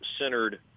centered